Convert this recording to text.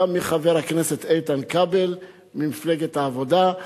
גם מחבר הכנסת איתן כבל ממפלגת העבודה,